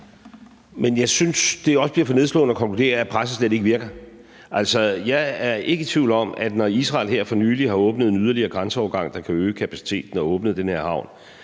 Jeg synes, at det bliver for nedslående at vurdere, at presset slet ikke virker. Altså, jeg er ikke i tvivl om, at når Israel her for nylig har åbnet yderligere en grænseovergang, der kan øge kapaciteten og åbne den her havn,